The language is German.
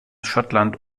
schottland